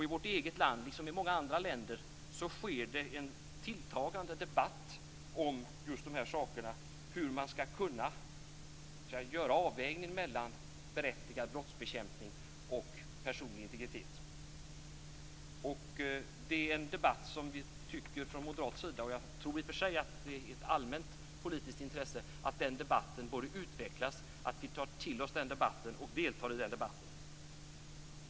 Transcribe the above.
I vårt eget land, liksom i många andra länder, är det en tilltagande debatt om hur man skall kunna göra en avvägning mellan berättigad brottsbekämpning och personlig integritet. Det är en debatt som vi från moderat sida tycker - och jag tror i och för sig att det är ett allmänt politiskt intresse - borde utvecklas, att vi skall ta till oss och delta i den.